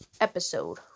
episode